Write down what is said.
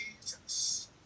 jesus